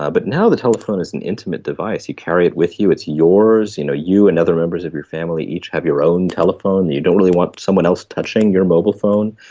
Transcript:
ah but now the telephone is an intimate device, you carry it with you, it's yours, you know you and other members of your family each have your own telephone, and you don't really want someone else touching your mobile phone.